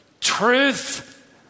truth